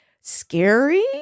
scary